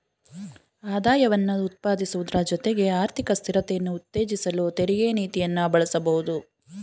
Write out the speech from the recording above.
ಆದಾಯವನ್ನ ಉತ್ಪಾದಿಸುವುದ್ರ ಜೊತೆಗೆ ಆರ್ಥಿಕ ಸ್ಥಿರತೆಯನ್ನ ಉತ್ತೇಜಿಸಲು ತೆರಿಗೆ ನೀತಿಯನ್ನ ಬಳಸಬಹುದು